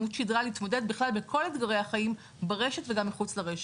עם עמוד שדרה להתמודד בכלל בכל אתגרי החיים ברשת וגם מחוץ לרשת.